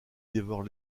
dévore